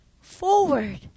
forward